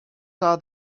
saw